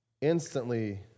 instantly